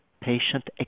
patient